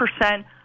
percent